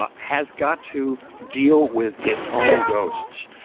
ah has got to deal with its own ghosts.